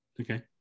okay